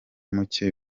muke